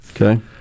Okay